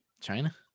China